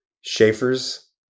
Schaefer's